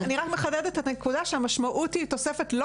אני רק מחדדת את הנקודה שהמשמעות היא תוספת לא